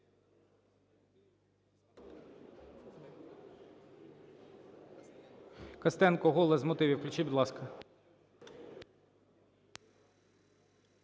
Костенко, "Голос", з мотивів. Включіть, будь ласка.